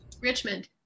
Richmond